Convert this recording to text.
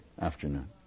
afternoon